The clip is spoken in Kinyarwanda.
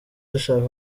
dushaka